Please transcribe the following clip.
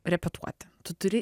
repetuoti tu turi